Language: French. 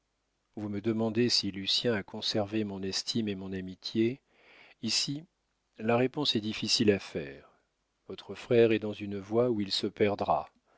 vous me demandez si lucien a conservé mon estime et mon amitié ici la réponse est difficile à faire votre frère est dans une voie où il se perdra